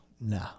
no